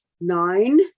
nine